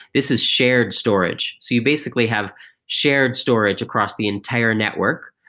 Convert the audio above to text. this is shared storage. so you basically have shared storage across the entire network,